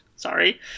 Sorry